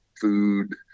food